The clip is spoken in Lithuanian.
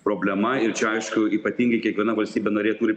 problema ir čia aišku ypatingai kiekviena valstybė narė turi